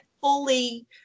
fully